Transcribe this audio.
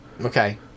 Okay